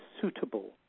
suitable